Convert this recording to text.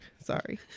Sorry